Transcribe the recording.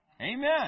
Amen